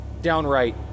downright